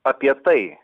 apie tai